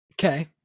Okay